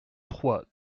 trois